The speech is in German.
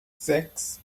sechs